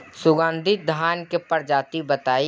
सुगन्धित धान क प्रजाति बताई?